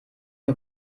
nur